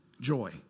joy